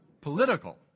political